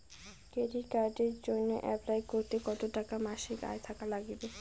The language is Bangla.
ক্রেডিট কার্ডের জইন্যে অ্যাপ্লাই করিতে কতো টাকা মাসিক আয় থাকা নাগবে?